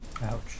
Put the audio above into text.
Ouch